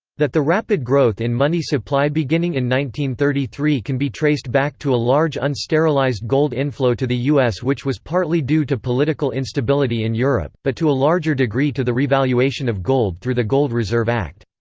that the rapid growth in money supply beginning in one thirty three can be traced back to a large unsterilized gold inflow to the u s. which was partly due to political instability in europe, but to a larger degree to the revaluation of gold through the gold reserve act.